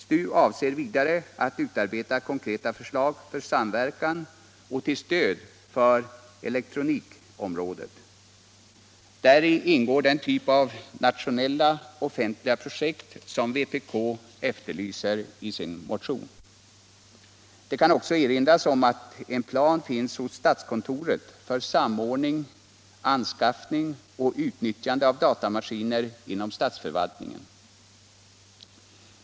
STU avser vidare att utarbeta konkreta förslag för samverkan och till stöd för elektronikområdet. Däri ingår den typ av nationella offentliga projekt som vpk efterlyser i sin motion. Det kan också erinras om att en plan finns hos statskontoret för samordning, anskaffning och utnyttjande av datamaskiner inom statsförvaltningen.